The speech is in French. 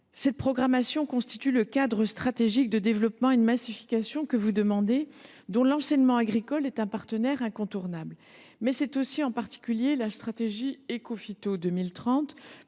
Cette programmation constitue le cadre stratégique de développement et de massification que vous demandez, dont l’enseignement agricole est un partenaire incontournable. La stratégie Écophyto 2030,